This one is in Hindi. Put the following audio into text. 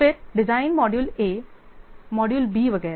फिर design module A module B वगैरह